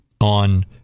on